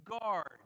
guard